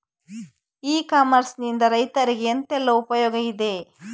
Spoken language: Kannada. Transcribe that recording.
ಇ ಕಾಮರ್ಸ್ ನಿಂದ ರೈತರಿಗೆ ಎಂತೆಲ್ಲ ಉಪಯೋಗ ಇದೆ?